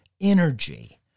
energy